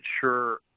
sure